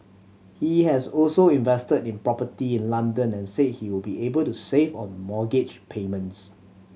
he has also invested in property in London and said he will be able to save on mortgage payments